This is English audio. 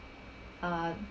uh